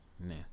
Nah